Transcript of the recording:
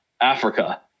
Africa